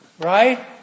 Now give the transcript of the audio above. Right